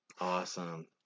Awesome